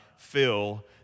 Fill